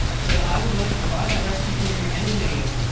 said, i would like to buy that recipe from you, and the name,